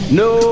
no